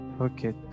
okay